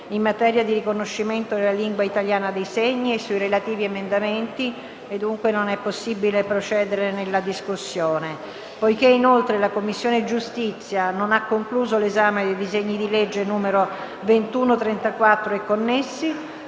in materia di «Riconoscimento della lingua italiana dei segni» e sui relativi emendamenti e, dunque, non è possibile procedere nella discussione. Inoltre, la Commissione giustizia non ha concluso l'esame del disegno di legge n. 2134 e connessi.